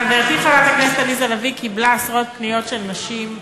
חברתי חברת הכנסת עליזה לביא קיבלה עשרות פניות של נשים,